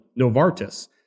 Novartis